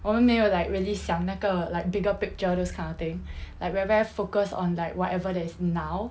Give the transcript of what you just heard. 我们没有 like really 想那个 like bigger picture those kind of thing like we're very focused on like whatever that is now